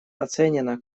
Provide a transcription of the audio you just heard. оценена